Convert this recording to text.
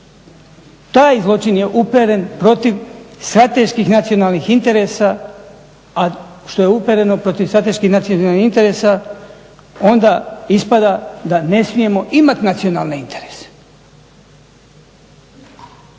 Taj zločin je uperen protiv strateških nacionalnih interesa, a što je upereno protiv strateški nacionalnih interesa onda ispada da ne smijemo imati nacionalne interese.